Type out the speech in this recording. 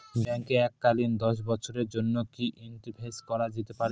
ব্যাঙ্কে এককালীন দশ বছরের জন্য কি ইনভেস্ট করা যেতে পারে?